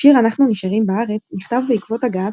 השיר "אנחנו נשארים בארץ" נכתב בעקבות הגעת